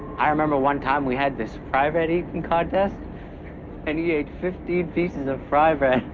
i remember one time we had this fry bread eating contest and he ate fifteen pieces of fry bread!